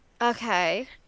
Okay